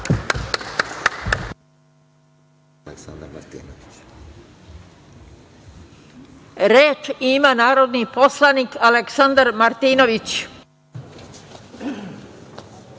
Reč ima narodni poslanik Aleksandar Marković.